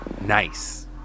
Nice